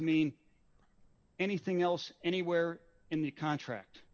mean anything else anywhere in the contract